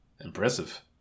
Impressive